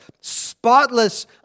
spotless